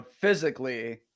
physically